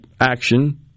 action